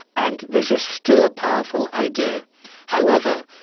and this is still a powerful idea however,